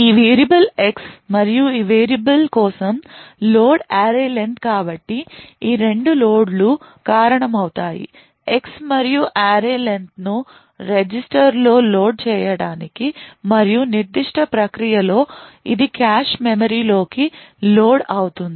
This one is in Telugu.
ఈ వేరియబుల్ X మరియు ఈ వేరియబుల్ కోసం లోడ్ array len కాబట్టి ఈ 2 లోడ్లు కారణమవుతాయి X మరియు array len ను రిజిస్టర్ల లో లోడ్ చేయటానికి మరియు నిర్దిష్ట ప్రక్రియ లో ఇది కాష్ మెమరీలోకి లోడ్ అవుతుంది